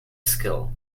skill